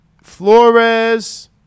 Flores